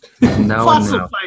No